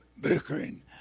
bickering